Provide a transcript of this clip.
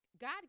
God